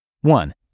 One